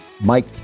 Mike